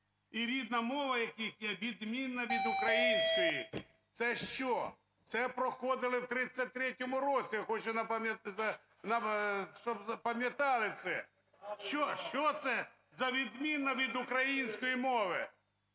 і рідна мова яких є відмінна від української". Це що? Це проходили в 33-му році. Я хочу, щоб запам'ятали це! Що це за "відмінна від української мови"?